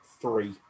Three